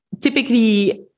typically